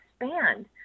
expand